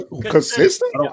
Consistent